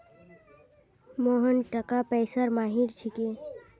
मोहन टाका पैसार माहिर छिके